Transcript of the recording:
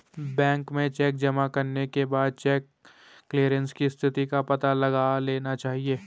bank में cheque जमा करने के बाद चेक क्लेअरन्स की स्थिति का पता लगा लेना चाहिए